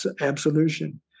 absolution